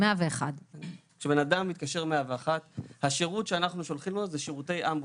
101. כשבן אדם מתקשר 101 השירות שאנחנו שולחים לו זה שירותי אמבולנס,